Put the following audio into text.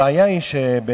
הבעיה היא שאובמה